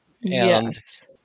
yes